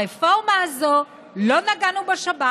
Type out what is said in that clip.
שברפורמה הזו "לא נגענו בשבת.